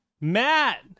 Matt